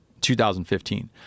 2015